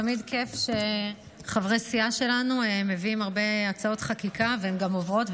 תמיד כיף שחברי סיעה שלנו מביאים הרבה הצעות חקיקה והן גם עוברות,